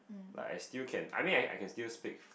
like I still can I mean I I can still speak